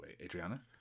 Adriana